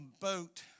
boat